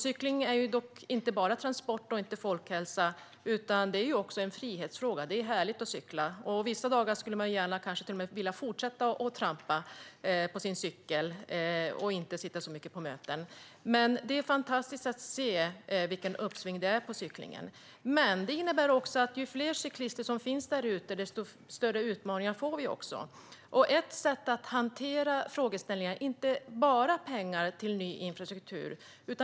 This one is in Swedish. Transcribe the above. Cykling är inte bara transport och folkhälsa, utan det är också en frihetsfråga. Det är härligt att cykla. Visa dagar skulle man kanske till och med gärna fortsätta att trampa på sin cykel och inte sitta så mycket på möten. Det är fantastiskt att se vilket uppsving det är på cyklingen. Men det innebär också att ju fler cyklister som finns därute, desto större utmaningar får vi. Ett sätt är att hantera frågeställningar och inte bara pengar till ny infrastruktur.